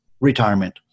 retirement